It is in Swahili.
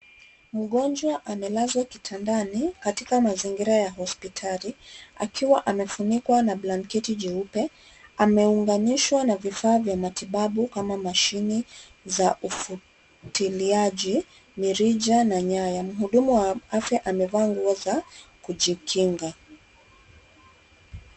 Mngonjwa amelazwa kitandani katika mazingira ya hospitali akiwa amefunikwa na blanketi jeupe ameunganiswa na vifaa vya matibabu kama mashine za ufutiliaji, mirija na nyaya. Mhudumu wa afya amevaa nguo za kujikinga.